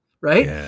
Right